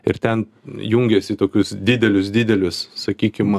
ir ten jungiasi į tokius didelius didelius sakykim